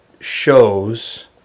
Shows